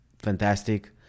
fantastic